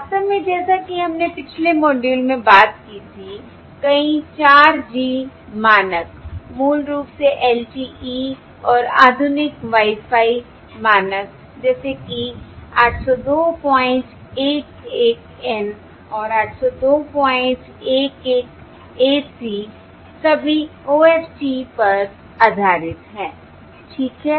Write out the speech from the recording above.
वास्तव में जैसा कि हमने पिछले मॉड्यूल में बात की थी कई 4G मानक मूल रूप से LTE और आधुनिक Wi Fi मानक जैसे कि 80211N और 80211AC सभी OFT पर आधारित हैं ठीक है